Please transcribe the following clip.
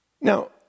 Now